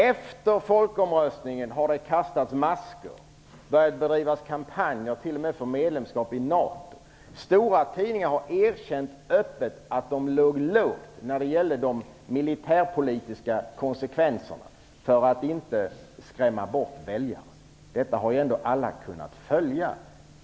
Efter folkomröstningen har det kastas masker och börjat bedrivas kampanjer t.o.m. för medlemskap i NATO. Stora tidningar har öppet erkänt att de låg lågt när det gällde de militärpolitiska konsekvenserna för att inte skrämma bort väljare. Detta har alla kunnat följa.